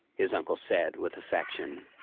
his uncle said with affection